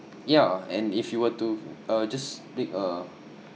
yeah and if you were to uh just pick uh